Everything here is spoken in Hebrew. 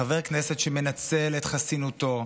חבר כנסת שמנצל את חסינותו,